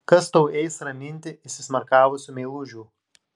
kas tau eis raminti įsismarkavusių meilužių